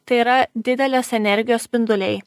tai yra didelės energijos spinduliai